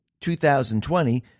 2020